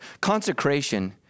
Consecration